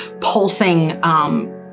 pulsing